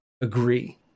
agree